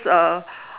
uh